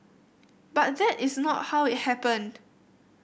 but that is not how it happened